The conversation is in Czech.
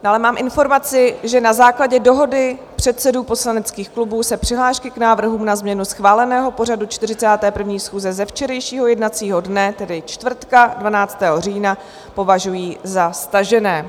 Dále mám informaci, že na základě dohody předsedů poslaneckých klubů se přihlášky k návrhům na změnu schváleného pořadu 41. schůze ze včerejšího jednacího dne, tedy čtvrtka 12. října, považují za stažené.